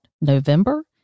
November